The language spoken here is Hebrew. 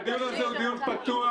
הדיון הזה הוא דיון פתוח.